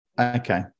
Okay